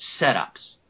setups